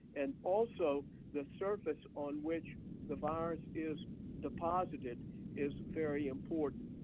and also the surface on which the virus is deposited is very important.